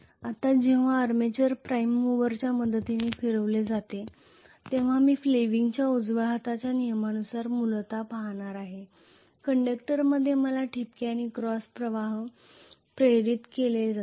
आता जेव्हा armature prime मूवरच्या मदतीने फिरवले जाते तेव्हा मी फ्लेमिंगच्या उजव्या हाताच्या नियमानुसार मूलत पाहणार आहे कंडक्टरमध्ये मला ठिपके आणि क्रॉस प्रवाह प्रेरित केले जातील